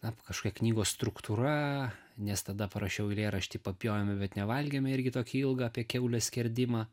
na kažkokia knygos struktūra nes tada parašiau eilėraštį papjovėme bet nevalgėme irgi tokį ilgą apie kiaulės skerdimą